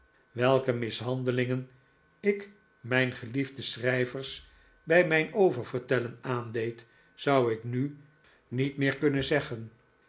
welke mishandelingen ik mijn geliefde schrijvers bij mijn oververtellen aandeed zou ik nu niet meer kunnen zeggen